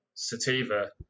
sativa